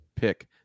pick